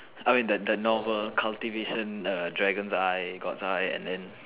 I mean the the novel cultivation the dragon eyes Gods eyes and then